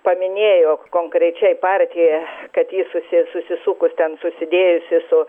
paminėjo konkrečiai partiją kad ji susi susisukus ten susidėjusi su